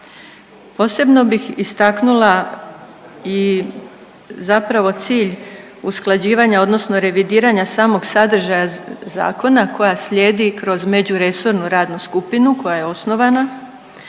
Posebno bih istaknula i zapravo cilj usklađivanja odnosno revidiranja samog sadržaja zakona koja slijedi i kroz međuresornu radnu skupinu koja je osnovana